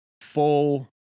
full